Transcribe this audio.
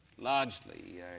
largely